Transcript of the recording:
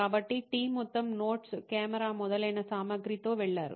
కాబట్టి టీమ్ మొత్తం notes camera మొదలైన సామాగ్రితో వెళ్లారు